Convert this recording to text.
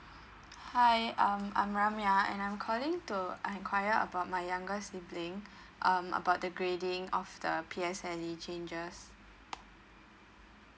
hi um I'm ramya and I'm calling to enquire about my younger sibling um about the grading of the P_S_L_E